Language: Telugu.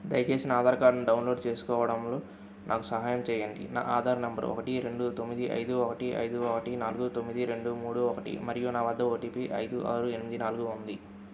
దయచేసి నా ఆధార్కార్డ్ను డౌన్లోడ్ చేసుకోవడంలో నాకు సహాయం చెయ్యండి నా ఆధార్ నంబరు ఒకటి రెండు తొమ్మిది ఐదు ఒకటి ఐదు ఒకటి నాలుగు తొమ్మిది రెండు మూడు ఒకటి మరియు నా వద్ద ఓటీపీ ఐదు ఆరు ఎనిమిది నాలుగు ఉంది